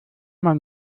man